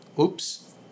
Oops